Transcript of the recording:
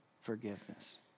forgiveness